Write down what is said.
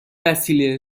وسیله